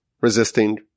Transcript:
resisting